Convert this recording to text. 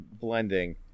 Blending